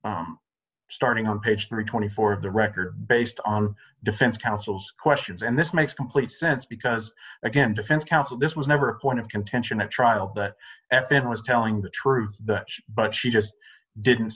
starting on page three hundred and twenty four of the record based on defense counsel's questions and this makes complete sense because again defense counsel this was never a point of contention at trial but at the end was telling the truth but she just didn't